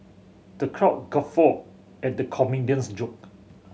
the crowd guffawed at the comedian's jokes